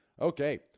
Okay